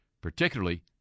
particularly